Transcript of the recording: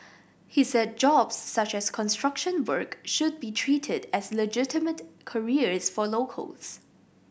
he said jobs such as construction work should be treated as legitimate careers for locals